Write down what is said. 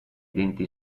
denti